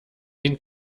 den